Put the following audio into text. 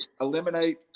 eliminate